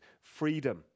freedom